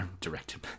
Directed